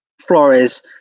Flores